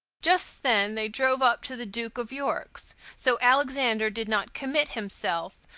just then they drove up to the duke of york's, so alexander did not commit himself,